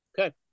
okay